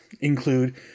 include